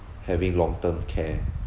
having long term care